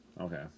Okay